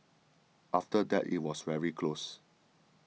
after that it was very close